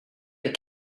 your